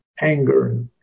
anger